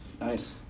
Nice